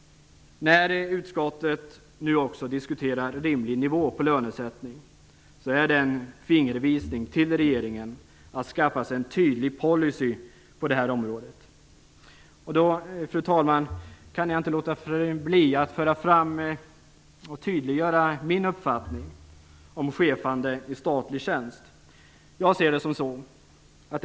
När utskottet nu diskuterar rimlig nivå på lönesättning är det en fingervisning till regeringen att skaffa sig en tydlig policy på detta område. Fru talman! Jag kan inte låta bli att här föra fram och tydliggöra min uppfattning om chefer i statlig tjänst.